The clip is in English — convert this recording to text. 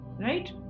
right